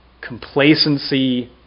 complacency